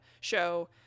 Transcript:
show